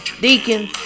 Deacon